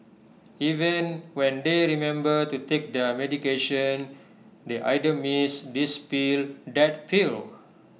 even when they remember to take their medication they either miss this pill that pill